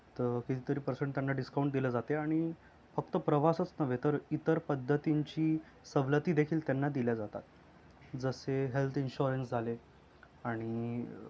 तर कितीतरी पर्सेंट त्यांना डिस्काऊंट दिल्या जाते आणि फक्त प्रवासच नव्हे तर इतर पद्धतींची सवलतीदेखील त्यांना दिल्या जातात जसे हेल्थ इन्श्युरन्स झाले आणि